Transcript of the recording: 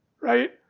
right